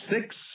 six